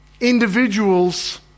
individuals